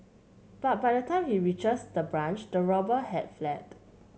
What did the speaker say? but by the time he reaches the branch the robber had fled